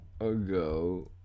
ago